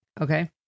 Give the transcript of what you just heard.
Okay